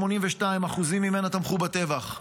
ש-82% ממנה תמכו בטבח,